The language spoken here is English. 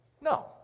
No